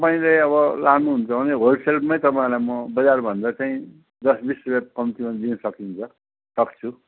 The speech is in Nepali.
मैले अब लानुहुन्छ भने होलसेलमै तपाईँलाई म बजारभन्दा चाहिँ दस बिस रुपियाँ कम्तीमा दिन सकिन्छ सक्छु